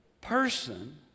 person